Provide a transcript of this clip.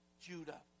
Judah